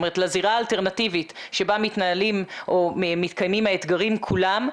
לזירה האלטרנטיבית שבה מתקיימים האתגרים כולם,